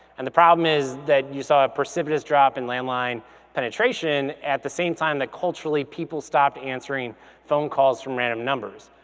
and the problem is that you saw a precipitous drop in landline penetration at the same time that culturally people stopped answering phone calls from random numbers.